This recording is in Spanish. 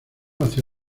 hacia